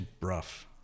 rough